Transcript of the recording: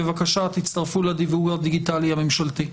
בבקשה תצטרפו לדיוור הדיגיטלי הממשלתי.